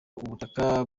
ubutaka